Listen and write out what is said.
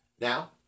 Now